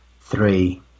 three